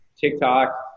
TikTok